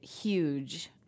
huge